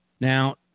Now